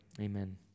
Amen